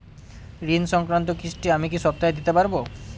ঋণ সংক্রান্ত কিস্তি আমি কি সপ্তাহে দিতে পারবো?